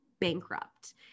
bankrupt